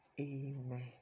amen